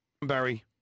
Barry